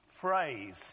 phrase